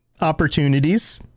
opportunities